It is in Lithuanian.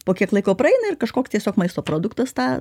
po kiek laiko praeina ir kažkoks tiesiog maisto produktas tą